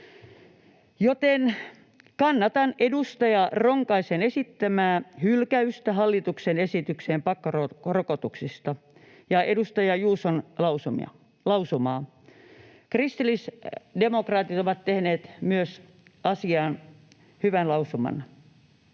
Kannatan siis edustaja Ronkaisen esittämää hylkäystä hallituksen esitykseen pakkorokotuksista ja edustaja Juuson lausumaa. Kristillisdemokraatit ovat tehneet myös asiaan hyvän lausuman.